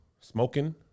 smoking